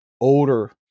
older